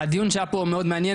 הדין שהיה פה מאוד מעניין,